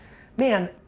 man,